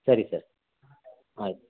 ಸರಿ ಸರ್ ಆಯ್ತು